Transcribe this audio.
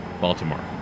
Baltimore